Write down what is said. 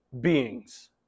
beings